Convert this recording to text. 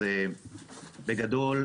בגדול,